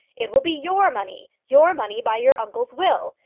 it will be your money your money by your uncle's will.